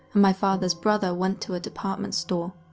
and my father's brother went to a department store.